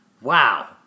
Wow